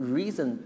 reason